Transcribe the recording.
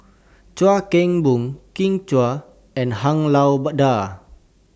Chuan Keng Boon Kin Chui and Han Lao DA